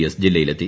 S ജില്ലയിലെത്തി